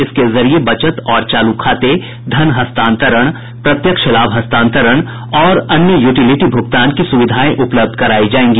इसके जरिये बचत और चालू खाते धन हस्तांतरण प्रत्यक्ष लाभ हस्तांतरण और अन्य यूटिलिटी भुगतान की सुविधाएं उपलब्ध कराई जायेंगी